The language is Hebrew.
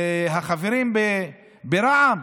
החברים ברע"מ,